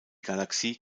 galaxie